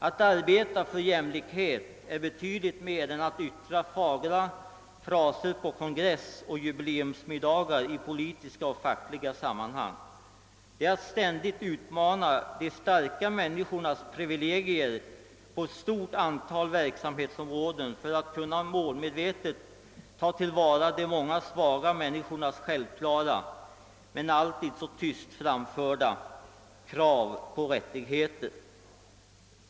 Att arbeta för jämlighet är betydligt mer än att yttra fagra fraser på kongressoch jubileumsmiddagar i politiska och fackliga sammanhang. Det är att ständigt utmana de starka människornas privilegier på ett stort antal verksamhetsområden för att kunna målmedvetet ta till vara de många svaga människornas självklara — men alltjämt så tyst framförda — krav på rättigheter.